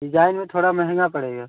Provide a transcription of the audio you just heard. design में थोड़ा महँगा पड़ेगा